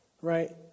right